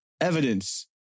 evidence